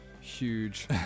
huge